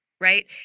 right